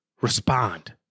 respond